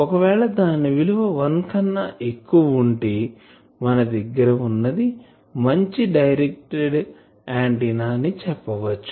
ఒకవేళ దాని విలువ 1 కన్నా ఎక్కువ ఉంటే మన దగ్గర వున్నది మంచి డైరెక్ట్డ్ ఆంటిన్నా అని చెప్పవచ్చు